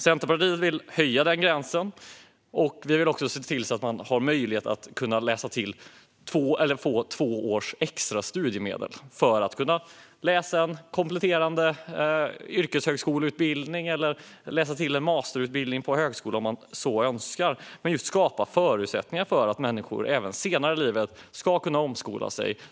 Centerpartiet vill höja den gränsen, och vi vill också se till att man ska kunna ha möjlighet att få två års extra studiemedel för att läsa en kompletterande yrkeshögskoleutbildning eller en masterutbildning på högskola om man så önskar. Det handlar om att skapa förutsättningar för att människor även senare i livet ska kunna omskola sig.